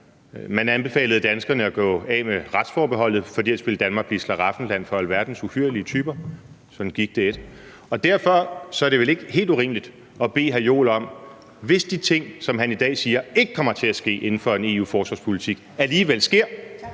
Man anbefalede danskerne at gå af med retsforbeholdet, for ellers ville Danmark blive et slaraffenland for alverdens uhyrlige typer; sådan gik det ikke. Derfor er det vel ikke helt urimeligt at spørge hr. Jens Joel: Hvis de ting, han i dag siger ikke kommer til at ske inden for EU's forsvarspolitik, alligevel sker,